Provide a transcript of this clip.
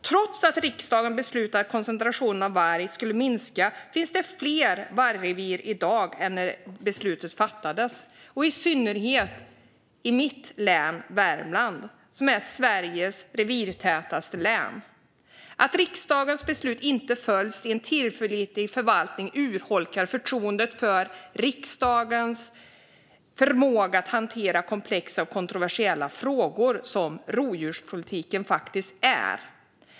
Trots att riksdagen beslutade att koncentrationen av varg skulle minska finns det fler vargrevir i dag än när beslutet fattades - i synnerhet i mitt län, Värmland, som är Sveriges revirtätaste län. Att riksdagens beslut inte följs av en tillförlitlig förvaltning urholkar förtroendet för riksdagens förmåga att hantera komplexa och kontroversiella frågor, som rovdjurspolitiken faktiskt är.